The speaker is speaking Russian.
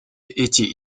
эти